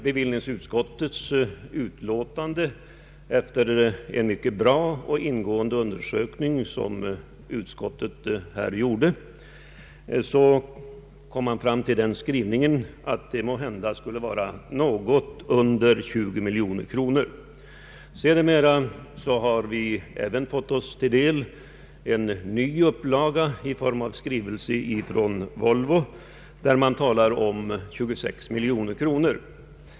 Bevillningsutskottet kom, efter att ha gjort en mycket bra och ingående undersökning, fram till att det måhända skulle vara något under 20 miljoner. Sedermera har vi även fått oss till del en ny upplaga om jag så får säga av bilindustrins beräkningar i form av en skrivelse från Volvo, där man nämner beloppet 26 miljoner kronor.